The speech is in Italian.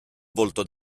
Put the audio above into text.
volto